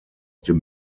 dem